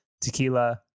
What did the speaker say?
tequila